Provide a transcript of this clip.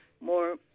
more